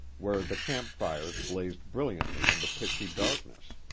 where the camp-fires blazed brilliantly in the pitchy darkness.